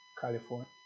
California